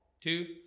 two